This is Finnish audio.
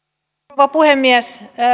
rouva puhemies